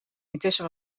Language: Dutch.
intussen